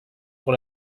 pour